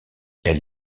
elle